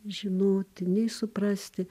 žinoti nei suprasti